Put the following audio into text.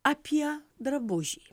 apie drabužį